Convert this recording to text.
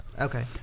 Okay